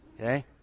okay